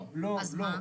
לא, לא.